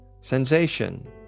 sensation